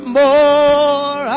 more